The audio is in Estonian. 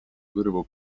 kõrvu